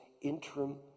interim